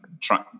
try